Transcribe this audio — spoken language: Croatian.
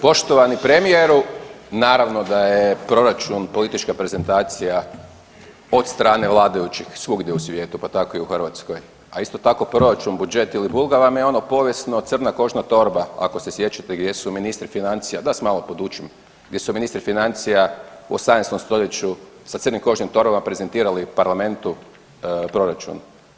Poštovani premijeru, naravno da je proračun politička prezentacija od strane vladajućih svugdje u svijetu, pa tako i u Hrvatskoj, a isto tako proračun, budžet ili ... vam je ono, povijesno crna kožna torba, ako se sjećate gdje su ministri financija, da vas malo podučim, gdje su ministri financija u 18. st. sa crnim kožnim torbama prezentirali parlamentu proračun.